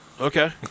Okay